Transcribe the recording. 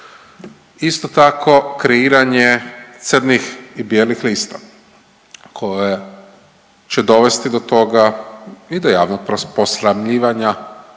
Isto tako kreiranje crnih i bijelih lista koje će dovesti do toga i do javnog posramljivanja